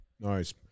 Nice